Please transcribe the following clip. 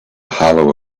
hollow